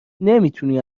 نمیتوانی